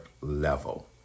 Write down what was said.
level